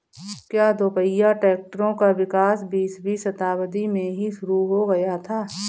क्या दोपहिया ट्रैक्टरों का विकास बीसवीं शताब्दी में ही शुरु हो गया था?